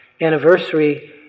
Anniversary